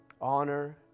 Honor